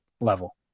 level